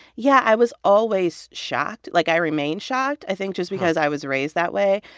yeah. i was always shocked. like, i remain shocked. i think just because i was raised that way.